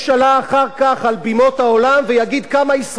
העולם ויגיד כמה ישראל מדינה נאורה,